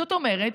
זאת אומרת,